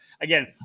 again